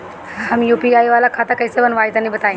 हम यू.पी.आई वाला खाता कइसे बनवाई तनि बताई?